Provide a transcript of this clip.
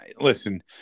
listen